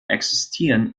existieren